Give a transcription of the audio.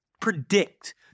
predict